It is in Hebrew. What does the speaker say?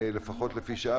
לפחות לפי שעה,